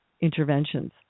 interventions